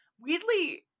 weirdly